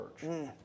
church